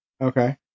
Okay